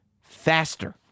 faster